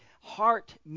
heart